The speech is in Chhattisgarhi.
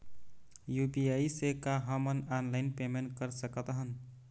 यू.पी.आई से का हमन ऑनलाइन पेमेंट कर सकत हन?